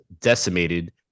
decimated